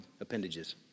appendages